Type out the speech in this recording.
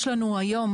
יש לנו היום,